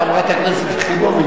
חברת הכנסת יחימוביץ.